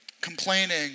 complaining